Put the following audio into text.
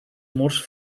murs